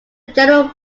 general